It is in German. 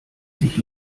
sich